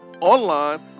online